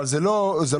אבל זה לא בסדר,